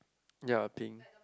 ya I think